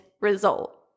result